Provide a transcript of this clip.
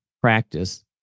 practice